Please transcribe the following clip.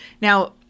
Now